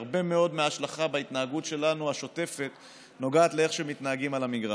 הרבה מאוד מההשלכה בהתנהגות שלנו השוטפת נוגעת לאיך שמתנהגים על המגרש.